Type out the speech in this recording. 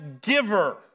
giver